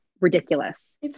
ridiculous